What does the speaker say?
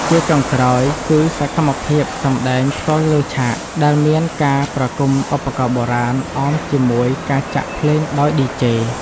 ជាចុងក្រោយ គឺសកម្មភាពសម្ដែងផ្ទាល់លើឆាក ដែលមានការប្រគំឧបករណ៍បុរាណអមជាមួយការចាក់ភ្លេងដោយ DJ។